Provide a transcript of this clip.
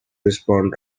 respond